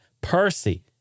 Percy